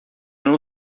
não